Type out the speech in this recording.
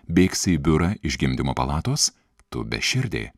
bėgsi į biurą iš gimdymo palatos tu beširdė